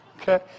Okay